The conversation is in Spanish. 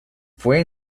fue